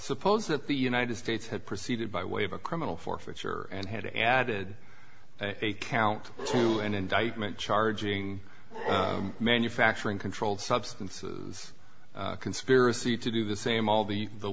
suppose that the united states had proceeded by way of a criminal forfeiture and had added a count to an indictment charging manufacturing controlled substances conspiracy to do the same all the the